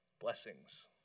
blessings